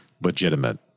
legitimate